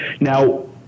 Now